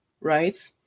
right